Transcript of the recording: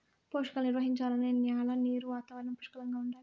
పోషకాలు నిర్వహించాలంటే న్యాల నీరు వాతావరణం పుష్కలంగా ఉండాలి